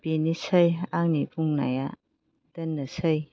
बेनोसै आंनि बुंनाया दोननोसै